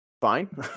fine